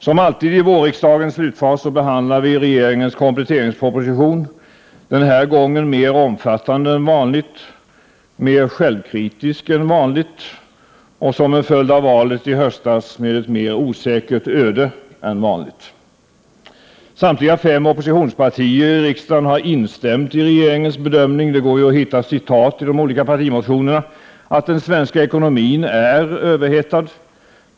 Som alltid i vårriksdagens slutfas behandlar vi regeringens kompletteringsproposition. Den här gången mer omfattande än vanligt, mer självkritiskt än vanligt och — som en följd av valet i höstas — med ett mer osäkert öde än vanligt. Samtliga fem oppositionspartier i riksdagen har instämt i regeringens bedömning — det går ju att hitta citat i de olika partimotionerna — att den svenska ekonomin är överhettad.